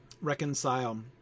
Reconcile